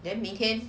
then 明天